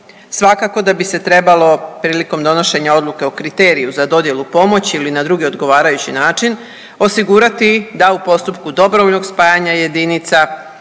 Svakako da bi se trebalo prilikom donošenja odluke o kriteriju za dodjelu pomoći ili na drugi odgovarajući način osigurati da u postupku dobrovoljnog spajanja jedinica